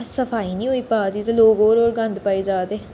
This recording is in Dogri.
सफाई नी होई पा दी ते लोक होर होर गंद पाई जा दे